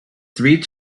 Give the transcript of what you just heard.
three